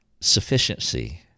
sufficiency